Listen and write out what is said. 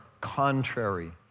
contrary